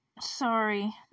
Sorry